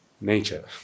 nature